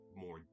more